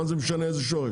מה זה משנה איזה שורש.